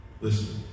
listen